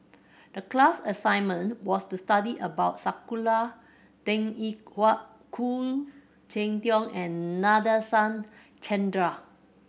the class assignment was to study about Sakura Teng Ying Hua Khoo Cheng Tiong and Nadasen Chandra